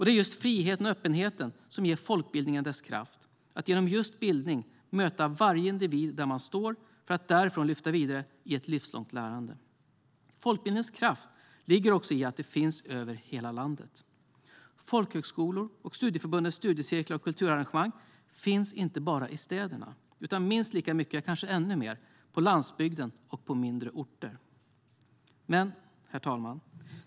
Det är friheten och öppenheten som ger folkbildningen dess kraft att genom just bildning möta varje individ där man står för att därifrån lyfta vidare i ett livslångt lärande. Folkbildningens kraft ligger också i att den finns över hela landet. Folkhögskolor, studieförbundens studiecirklar och kulturarrangemang finns inte bara i städerna utan minst lika mycket, kanske ännu mer, på landsbygden och på mindre orter. Herr talman!